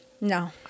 no